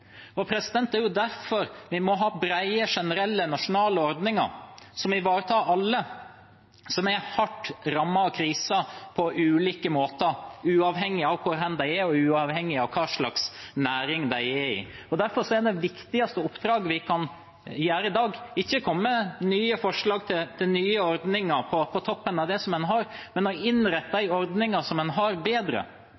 jo derfor vi må ha brede, generelle, nasjonale ordninger som ivaretar alle som er hardt rammet av krisen på ulike måter, uavhengig av hvor de er, og uavhengig av hvilken næring de er i. Derfor er det viktigste oppdraget vi kan gjøre i dag, ikke å komme med nye forslag til nye ordninger på toppen av dem en har, men å innrette de